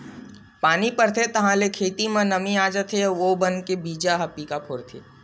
पानी परथे ताहाँले खेत म नमी आ जाथे अउ ओ बन के बीजा ह पीका फोरथे